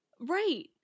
Right